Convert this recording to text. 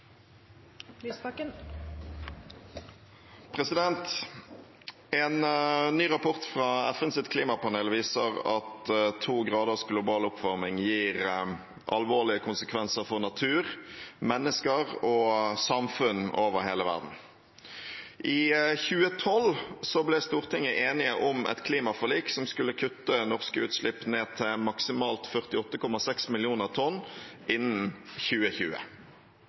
En ny rapport fra FNs klimapanel viser at to graders global oppvarming gir alvorlige konsekvenser for natur, mennesker og samfunn over hele verden. I 2012 ble Stortinget enig om et klimaforlik som skulle kutte norske utslipp ned til maksimalt 48,6 millioner tonn innen 2020.